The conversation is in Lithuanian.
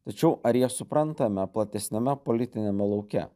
tačiau ar jas suprantame platesniame politiniame lauke